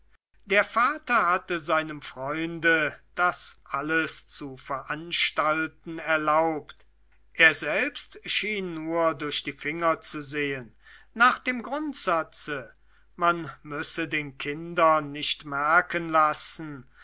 der vater hatte seinem freunde das alles zu veranstalten erlaubt er selbst schien nur durch die finger zu sehen nach dem grundsatze man müsse den kindern nicht merken lassen